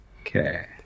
Okay